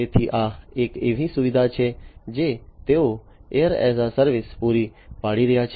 તેથી આ એક એવી સુવિધા છે જે તેઓ એર એઝ એ સર્વિસ પૂરી પાડી રહ્યા છે